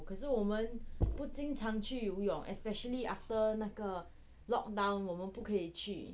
可是我们不经常去游泳 especially after 那个 lock down 我们不可以去